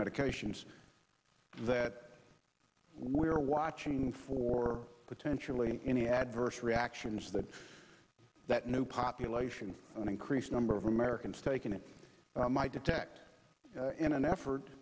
medications that we are watching for potentially any adverse reactions that that new population and increased number of americans taking it might detect in an effort